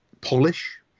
polish